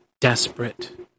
desperate